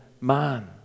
man